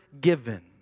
given